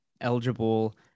eligible